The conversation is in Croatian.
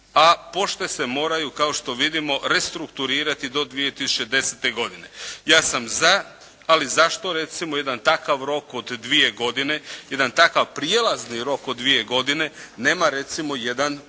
a pošte se moraju kao što vidimo restrukturirati do 2010. godine. Ja sam za, ali zašto recimo jedan takav rok od dvije godine, jedan takav prijelazni rok od dvije godine nema recimo jedan